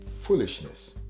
foolishness